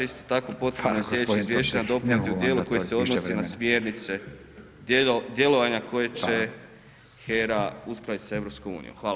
Isto tako potrebno je u sljedećim izvješćima dopuniti u dijelu koji se odnosi na smjernice djelovanja koje će HERA uskladiti sa EU.